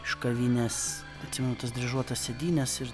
iš kavinės atsimenu tas dryžuotas sėdynes ir